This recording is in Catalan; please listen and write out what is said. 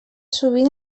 sovint